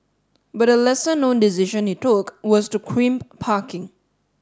but a lesser known decision he took was to crimp parking